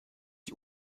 die